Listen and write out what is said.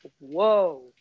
whoa